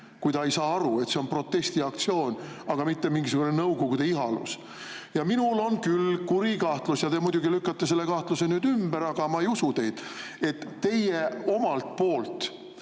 kui ta ei saa aru, et see on protestiaktsioon, mitte mingisugune nõukogudeihalus. Minul on küll kuri kahtlus – te muidugi lükkate nüüd kohe selle kahtluse ümber, aga ma ei usu teid –, et teie omalt poolt